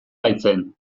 baitzen